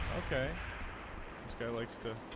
ok scare likes to